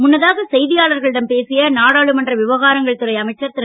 முன்னதாக செய்தியாளர்களிடம் பேசிய நாடாளுமன்ற விவகாரங்கரள் துறை அமைச்சர் திரு